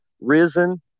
risen